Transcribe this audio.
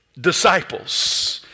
disciples